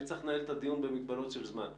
אני צריך לנהל את הדיון במגבלות של זמן.